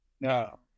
no